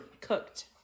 cooked